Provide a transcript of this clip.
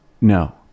No